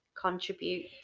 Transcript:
contribute